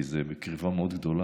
כי זה בקרבה מאוד גדולה,